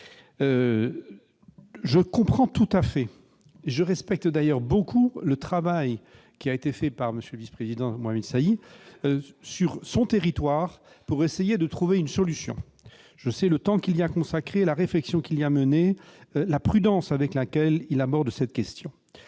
de la nationalité. Je respecte beaucoup le travail qui a été fait par M. le vice-président Mohamed Soilihi sur son territoire pour essayer de trouver une solution. Je sais le temps qu'il y a consacré, la réflexion qu'il a menée, la prudence avec laquelle il aborde ce sujet.